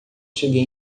cheguei